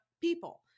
people